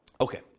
Okay